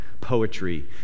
poetry